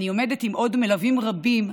אני עומדת עם עוד מלווים רבים,